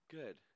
good